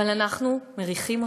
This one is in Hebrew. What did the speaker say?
אבל אנחנו מריחים אותו,